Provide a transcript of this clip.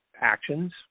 actions